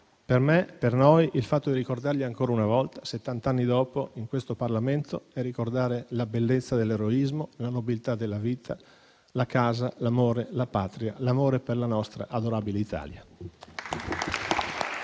Per me, per noi, il fatto di ricordarli ancora una volta settant'anni dopo, in questo Parlamento, è ricordare la bellezza dell'eroismo, la nobiltà della vita, la casa, l'amore, la patria, l'amore per la nostra adorabile Italia.